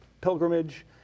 pilgrimage